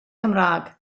cymraeg